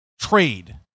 trade